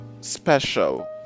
special